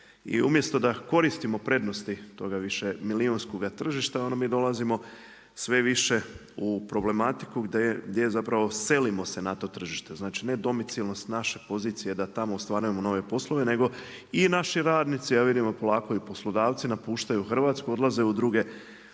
umjesto da koristimo prednosti toga više milijunskoga tržišta onda mi dolazimo sve više u problematiku gdje se selimo na to tržište, znači ne domicilnost naše pozicije da tamo ostvarujemo nove poslove nego i naši radnici, a vidimo polako i poslodavci napuštaju Hrvatsku odlaze u druge